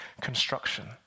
construction